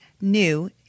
new